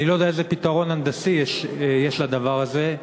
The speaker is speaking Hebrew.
אני לא יודע איזה פתרון הנדסי יש לדבר הזה,